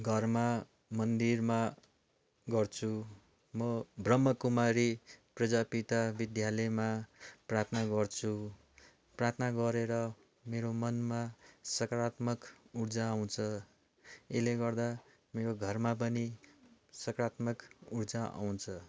घरमा मन्दिरमा गर्छु म ब्रह्मकुमारी प्रजापिता विद्यालयमा प्रार्थना गर्छु प्रार्थना गरेर मेरो मनमा सकारात्मक उर्जा आउँछ यसले गर्दा मेरो घरमा पनि सकारात्मक उर्जा आउँछ